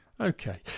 Okay